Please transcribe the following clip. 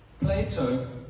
Plato